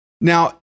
Now